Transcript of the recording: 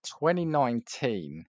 2019